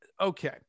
okay